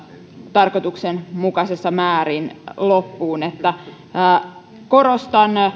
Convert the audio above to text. tarkoituksenmukaisessa määrin loppuun korostan